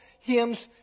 hymns